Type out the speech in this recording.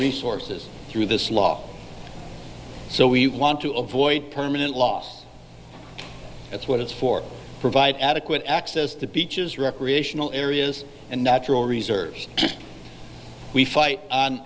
resources through this law so we want to avoid permanent loss that's what it's for provide adequate access to beaches recreational areas and natural reserves we fight on